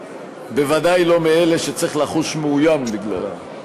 בוודאי לא מאלה שצריך לחוש מאוים בגללם.